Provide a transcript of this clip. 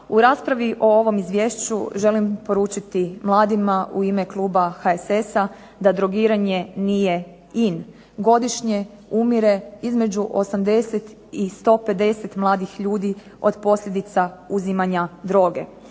U raspravi o ovom izvješću želim poručiti mladima u ime kluba HSS-a da drogiranje nije in. Godišnje umire između 80 i 150 mladih ljudi od posljedica uzimanja droge.